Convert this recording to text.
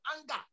anger